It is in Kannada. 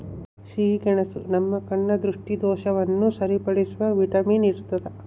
ಸಿಹಿಗೆಣಸು ನಮ್ಮ ಕಣ್ಣ ದೃಷ್ಟಿದೋಷವನ್ನು ಸರಿಪಡಿಸುವ ವಿಟಮಿನ್ ಇರ್ತಾದ